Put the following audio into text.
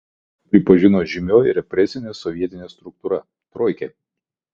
kaltu jį pripažino žymioji represinė sovietinė struktūra troikė